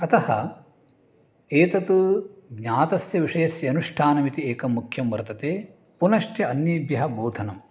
अतः एतत् ज्ञातस्य विषयस्य अनुष्ठानमिति एकं मुख्यं वर्तते पुनश्च अन्येभ्यः बोधनम्